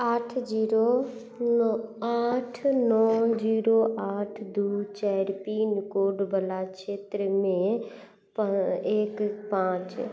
आठ जीरो आठ नओ जीरो आठ दू चारि पिनकोड बला क्षेत्रमे एक पाँच